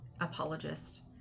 apologist